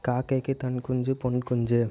காக்கைக்கு தன் குஞ்சு பொன் குஞ்சு